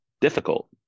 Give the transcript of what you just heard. difficult